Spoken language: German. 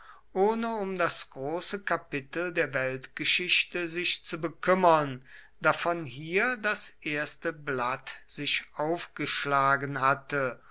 ohne um das große kapitel der weltgeschichte sich zu bekümmern davon hier das erste blatt sich aufgeschlagen hatte